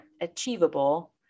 achievable